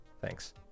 Thanks